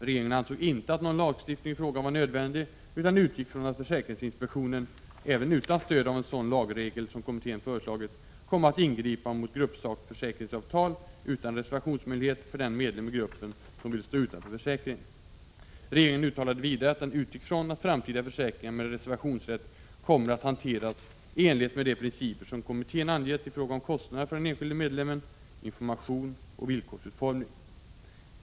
Regeringen ansåg inte att någon lagstiftning i frågan var nödvändig utan utgick från att försäkringsinspektionen, även utan stöd av en sådan lagregel som kommittén föreslagit, kommer att ingripa mot gruppsakförsäkringsavtal utan reservationsmöjlighet för den medlem i gruppen som vill stå utanför försäkringen. Regeringen uttalade vidare att den utgick från att framtida försäkringar med reservationsrätt kommer att hanteras i enlighet med de principer som kommittén angett i fråga om kostnader för den enskilde medlemmen, information och villkorsutformning.